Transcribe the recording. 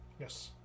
Yes